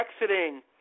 exiting